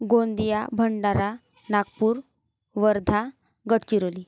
Gondia Bhandara Nagpur Wardha Gadchiroli